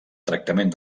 tractament